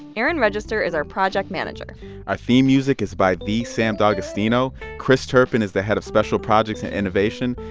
erin register is our project manager our theme music is by the sam d'agostino. chris turpin is the head of special projects and innovation.